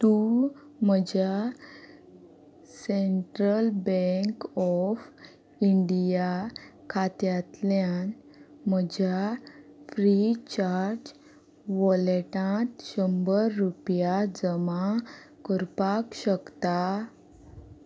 तूं म्हज्या central bank of India खात्यांतल्यान म्हज्या फ्रीचार्ज वॉलेटांत शंबर रुपया जमा करपाक शकता